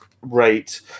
rate